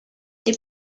they